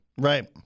Right